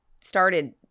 started